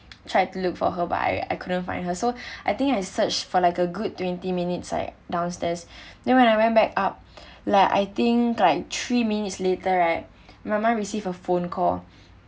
try to look for her but I I couldn't find her so I think I search for like a good twenty minutes like downstairs then when I went back up like I think like three minutes later right my mom receive a phone call